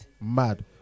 mad